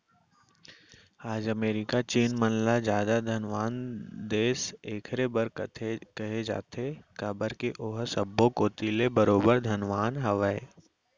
आज अमेरिका चीन मन ल जादा धनवान देस एकरे बर कहे जाथे काबर के ओहा सब्बो कोती ले बरोबर धनवान हवय